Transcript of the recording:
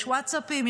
יש ווטסאפים,